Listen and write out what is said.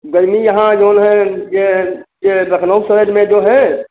गर्मी यहाँ जऊन है यह है यह लखनऊ सएड में जो है